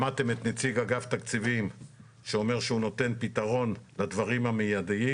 שמעתם את נציג אגף תקציבים שאמר שהוא נותן פתרון לדברים המיידים.